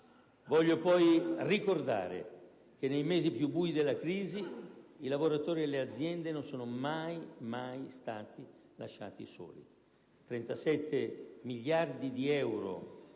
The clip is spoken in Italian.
Voglio poi ricordare che nei mesi più bui della crisi i lavoratori e le aziende non sono mai, mai stati lasciati soli: 37 miliardi di euro